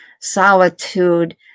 solitude